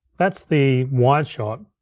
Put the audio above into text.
that's the wide shot.